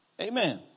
Amen